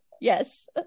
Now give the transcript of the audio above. Yes